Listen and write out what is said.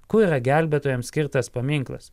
kur yra gelbėtojams skirtas paminklas